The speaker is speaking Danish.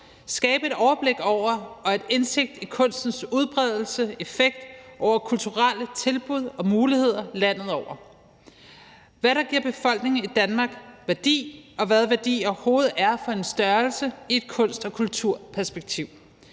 skabe et overblik over og en indsigt i kunstens udbredelse og effekt, over kulturelle tilbud og muligheder landet over, og hvad der giver befolkningen i Danmark værdi, og hvad værdi overhovedet er for en størrelse i et kunst- og kulturperspektiv